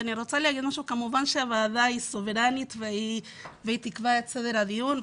כמובן שהוועדה היא סוברנית והיא תקבע את סדר הדיון,